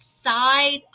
Side